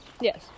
Yes